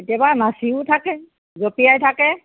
কেতিয়াবা নাচিও থাকে জপিয়াই থাকে